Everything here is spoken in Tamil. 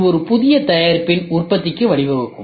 இது ஒரு புதிய தயாரிப்பின் உற்பத்திக்கு வழிவகுக்கும்